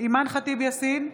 אימאן ח'טיב יאסין,